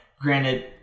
Granted